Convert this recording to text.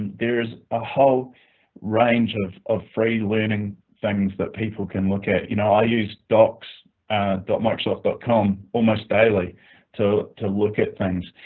there is a whole range of of free learning things that people can look at. you know, i use docs microsoft but com almost daily to to look at things,